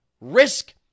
risk-